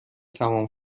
تمام